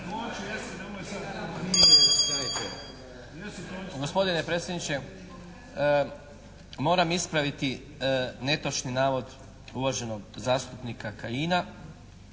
Gospodine predsjedniče, moram ispraviti netočni navod uvaženog zastupnika Kajina